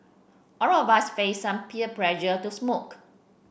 all of us faced some peer pressure to smoke